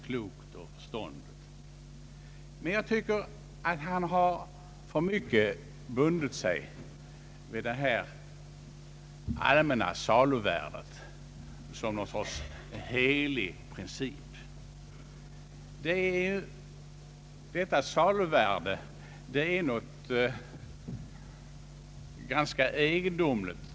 Enligt min mening har han dock bundit sig alltför hårt vid den nebulosa som utgöres av allmänna saluvärdet och betraktar detta saluvärde som en helig princip. Detta saluvärde är något ganska egendomligt.